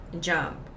jump